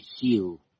heal